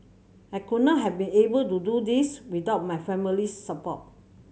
I could not have been able to do this without my family's support